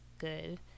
good